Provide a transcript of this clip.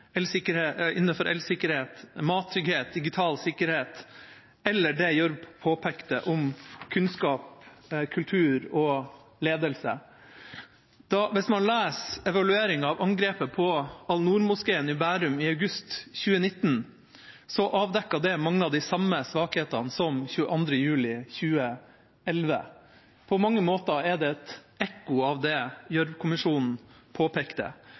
elsikkerhet, mattrygghet, digital sikkerhet eller det Gjørv påpekte om kunnskap, kultur og ledelse. Hvis man leser evalueringa av angrepet på Al-Noor-moskeen i Bærum i august 2019, avdekket den mange av de samme svakhetene som ble avdekket etter 22. juli 2011. På mange måter er den et ekko av det Gjørv-kommisjonen påpekte.